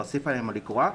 להוסיף עליהם או לגרוע,